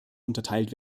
unterteilt